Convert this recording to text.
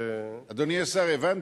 אדוני השר, הבנתי.